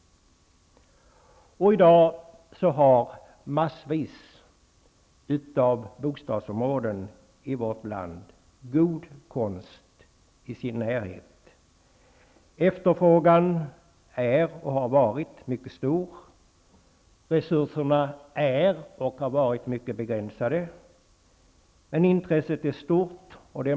I dag har massvis av bostadsområden i vårt land god konst i sin närhet. Efterfrågan är, och har varit, mycket stor. Resurserna är, och har varit, mycket begränsade. Men intresset är stort.